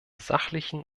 sachlichen